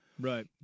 Right